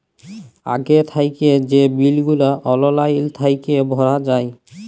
আগে থ্যাইকে যে বিল গুলা অললাইল থ্যাইকে ভরা যায়